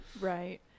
right